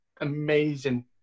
amazing